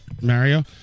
Mario